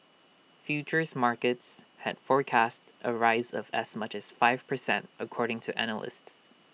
futures markets had forecast A rise of as much as five per cent according to analysts